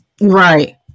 Right